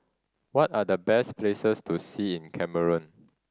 what are the best places to see in Cameroon